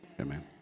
Amen